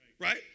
Right